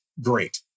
great